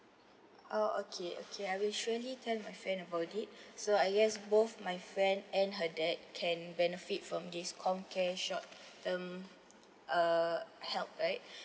oh okay okay I will surely tell my friend about it so uh yes both my friend and her dad can benefit from this com care short term uh help right